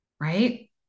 Right